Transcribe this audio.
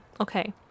Okay